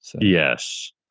Yes